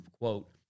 quote